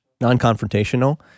non-confrontational